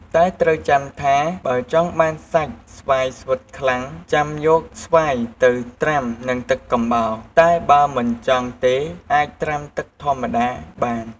តែត្រូវចាំថា បើចង់បានសាច់ស្វាយស្វិតខ្លាំងចាំយកស្វាយទៅត្រាំនឹងទឹកកំបោរ តែបើមិនចង់ទេអាចត្រាំទឹកធម្មតាបាន។